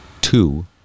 two